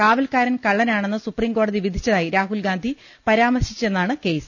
കാവൽക്കാരൻ കള്ളനാണെന്ന് സൂപ്രീംകോടതി വിധിച്ചതായി രാഹുൽഗാന്ധി പരാമർശിച്ചെന്നാണ് കേസ്